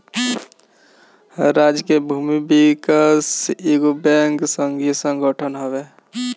राज्य के भूमि विकास बैंक एगो संघीय संगठन हवे